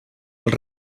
els